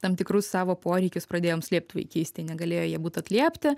tam tikrus savo poreikius pradėjom slėpt vaikystėj negalėjo jie būt atliepti